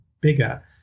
bigger